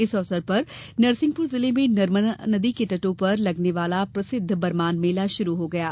इस अवसर नरसिंहपुर जिले में नर्मदा नदी के तट पर लगने वाले प्रसिद्व बरमान मेला हो गया है